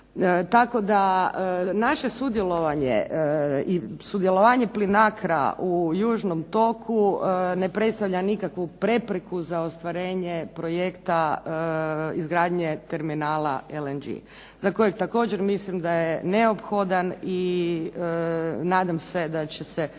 Tako da naše sudjelovanje i sudjelovanje "Plinacro"-a u južnom toku ne predstavlja nikakvu prepreku za ostvarenje projekta izgradnje terminala LNG, za kojeg također mislim da je neophodan i nadam se da će se